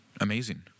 amazing